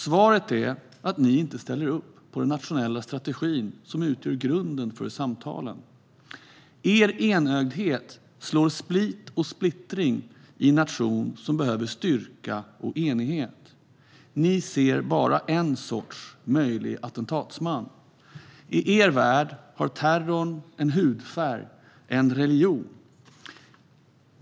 Svaret är att ni inte ställer upp på den nationella strategi som utgör grunden för samtalen. Er enögdhet sår split och splittring i en nation som behöver styrka och enighet. Ni ser bara en sorts möjlig attentatsman. I er värld har terrorn en hudfärg och en religion.